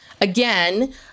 again